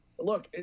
Look